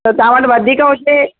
त तां वट वधीक हुजे